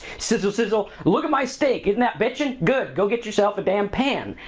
sizzle, sizzle, look at my steak, isn't that bitchin', good, go get yourself a damn pan.